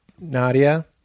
Nadia